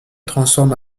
transforme